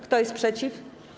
Kto jest przeciw?